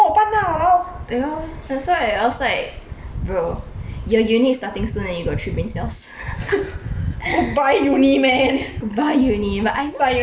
对哦 that's why I was like bro your uni is starting soon and you got three brain cells goodbye uni but I know